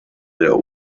der